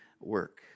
work